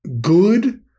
good